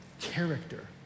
character